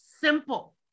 simple